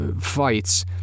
fights